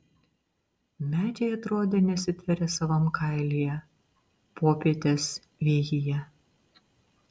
medžiai atrodė nesitverią savam kailyje popietės vėjyje